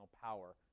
power